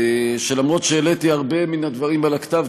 שאף שהעליתי הרבה מן הדברים על הכתב,